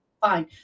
fine